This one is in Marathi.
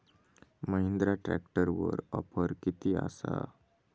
महिंद्रा ट्रॅकटरवर ऑफर किती आसा?